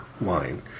line